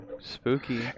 Spooky